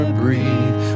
breathe